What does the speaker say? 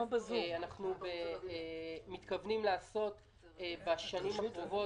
אנחנו מתכוונים לעשות בשנים הקרובות,